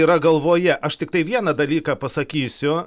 yra galvoje aš tiktai vieną dalyką pasakysiu